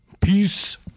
Peace